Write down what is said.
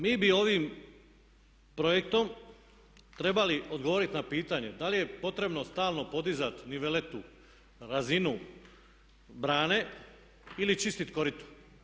Mi bi ovim projektom trebali odgovorit na pitanje da li je potrebno stalno podizat niveletu na razinu brane ili čistit korito.